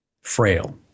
frail